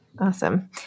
Awesome